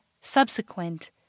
subsequent